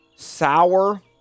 sour